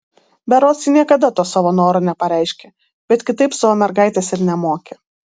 berods ji niekada to savo noro nepareiškė bet kitaip savo mergaitės ir nemokė